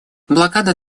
блокада